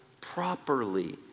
properly